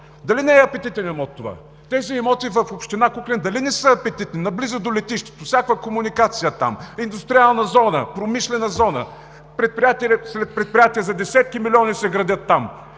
Дали не е апетитен имот това? Тези имоти в община Куклен дали не са апетитни?! Наблизо до летището са, всякаква комуникация е там, индустриална, промишлена зона, предприятие след предприятие за десетки милиони се градят там,